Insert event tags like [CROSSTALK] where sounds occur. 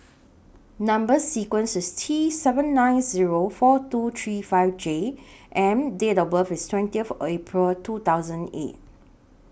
Number sequence IS T seven nine Zero four two three five J and Date of birth IS twenty [UNINTELLIGIBLE] April two thousand eight